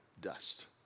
dust